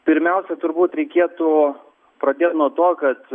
pirmiausia turbūt reikėtų pradėt nuo to kad